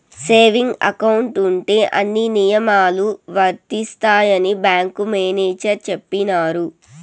saving account ఉంటే అన్ని నియమాలు వర్తిస్తాయని బ్యాంకు మేనేజర్ చెప్పినారు